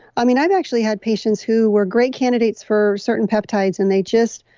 i mean, i've actually had patients who were great candidates for certain peptides and they just,